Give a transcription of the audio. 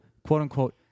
quote-unquote